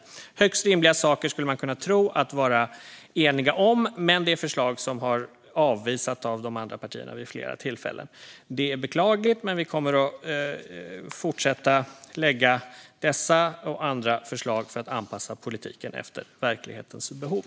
Detta är högst rimliga saker att vara eniga om, skulle man kunna tro, men det är förslag som har avvisats av de andra partierna vid flera tillfällen. Det är beklagligt, men vi kommer att fortsätta att lägga fram dessa och andra förslag för att anpassa politiken efter verklighetens behov.